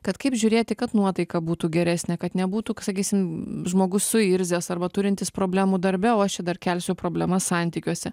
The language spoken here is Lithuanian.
kad kaip žiūrėti kad nuotaika būtų geresnė kad nebūtų sakysim žmogus suirzęs arba turintis problemų darbe o aš čia dar kelsiu problemas santykiuose